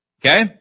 Okay